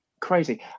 crazy